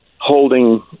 holding